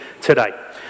today